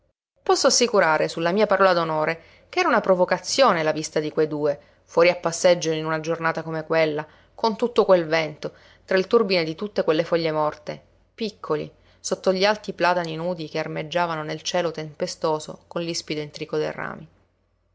posso assicurare sulla mia parola d'onore ch'era una provocazione la vista di quei due fuori a passeggio in una giornata come quella con tutto quel vento tra il turbine di tutte quelle foglie morte piccoli sotto gli alti platani nudi che armeggiavano nel cielo tempestoso con l'ispido intrico dei rami